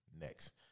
next